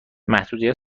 محدودیت